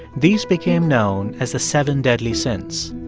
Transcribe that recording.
these became known as the seven deadly sins